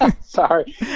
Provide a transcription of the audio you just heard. Sorry